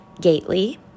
Gately